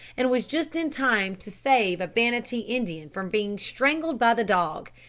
and was just in time to save a banattee indian from being strangled by the dog.